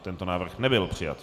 Tento návrh nebyl přijat.